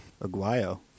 Aguayo